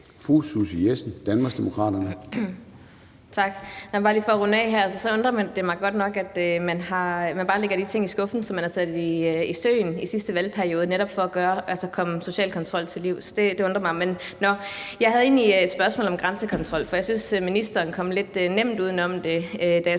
Fru Susie Jessen, Danmarksdemokraterne. Kl. 11:18 Susie Jessen (DD): Tak. Bare lige for at runde af her vil jeg sige, at det godt nok undrer mig, at man bare lægger de ting i skuffen, som man har sat i søen i sidste valgperiode for netop at komme social kontrol til livs – det undrer mig. Jeg har et spørgsmål om grænsekontrol, for jeg synes, ministeren kom lidt nemt uden om det, da jeg